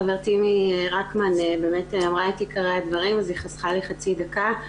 חברתי ממרכז רקמן אמרה את עיקרי הדברים אז היא חסכה לי חצי דקה.